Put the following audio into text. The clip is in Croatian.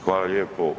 Hvala lijepo.